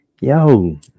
yo